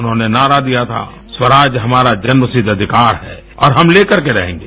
उन्होंने नारा दिया था स्वराज हमारा जन्मसिद्ध अधिकार है और हम लेकर के रहेंगे